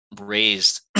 raised